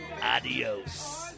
Adios